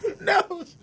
No